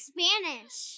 Spanish